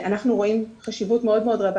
אנחנו רואים חשיבות מאוד מאוד רבה